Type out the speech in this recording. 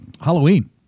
Halloween